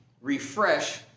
refresh